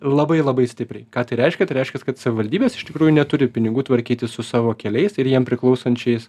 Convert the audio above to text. labai labai stipriai ką tai reiškia tai reiškias kad savivaldybės iš tikrųjų neturi pinigų tvarkytis su savo keliais ir jiem priklausančiais